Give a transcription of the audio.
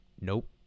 Nope